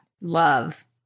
Love